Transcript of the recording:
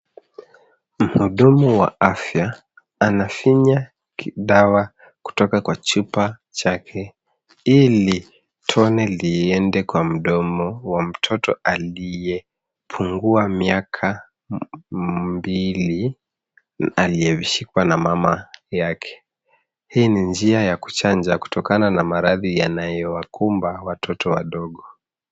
Mhudumu wa afya anafinya dawa kutoka kwa chupa chake ili tone liende kwa mdomo wa mtoto aliyepungua miaka mbili aliyeshikwa na mama yake. HIi ni njia ya kuchanja kutokana na maradhi yanayowakumba watoto wadogo.